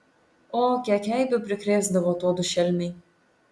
o kiek eibių prikrėsdavo tuodu šelmiai